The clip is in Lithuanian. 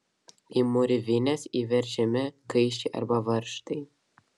į mūrvines įveržiami kaiščiai arba varžtai